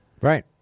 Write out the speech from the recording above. Right